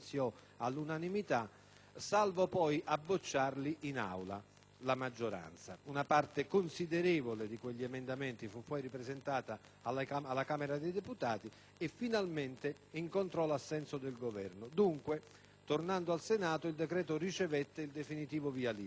Aula dai colleghi della maggioranza. Una parte considerevole di quegli emendamenti fu poi ripresentata alla Camera dei deputati dal PD, finalmente incontrando l'assenso del Governo. E dunque, tornando al Senato, il decreto ricevette il definitivo via libera. Solo così